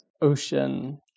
ocean